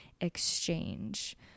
exchange